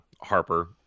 Harper